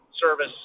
service